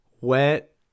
wet